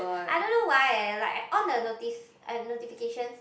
I don't know why eh like I on the notice uh notifications